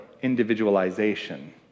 individualization